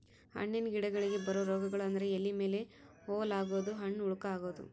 ಹಣ್ಣಿನ ಗಿಡಗಳಿಗೆ ಬರು ರೋಗಗಳು ಅಂದ್ರ ಎಲಿ ಮೇಲೆ ಹೋಲ ಆಗುದು, ಹಣ್ಣ ಹುಳಕ ಅಗುದು